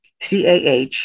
CAH